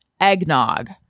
eggnog